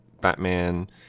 Batman